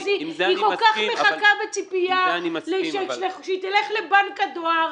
אבל --- כי היא כל כך מצפה שהיא תלך לבנק הדואר,